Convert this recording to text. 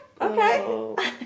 okay